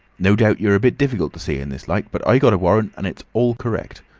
no doubt you are a bit difficult to see in this light, but i got a warrant and it's all correct.